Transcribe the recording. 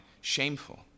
shameful